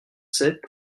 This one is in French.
sept